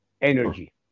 energy